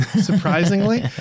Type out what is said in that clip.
surprisingly